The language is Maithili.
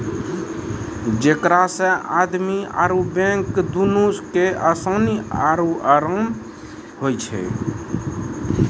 जेकरा से आदमी आरु बैंक दुनू के असानी आरु अराम होय छै